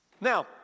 Now